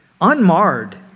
unmarred